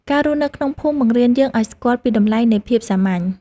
ការរស់នៅក្នុងភូមិបង្រៀនយើងឱ្យស្គាល់ពីតម្លៃនៃភាពសាមញ្ញ។